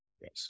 Yes